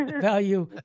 value